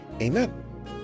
Amen